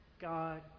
God